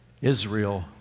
Israel